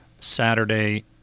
Saturday